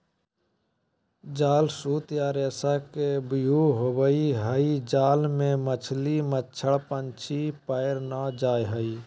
जाल सूत या रेशा के व्यूह होवई हई जाल मे मछली, मच्छड़, पक्षी पार नै जा हई